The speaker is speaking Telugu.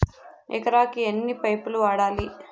ఎకరాకి ఎన్ని పైపులు వాడాలి?